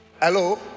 hello